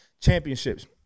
championships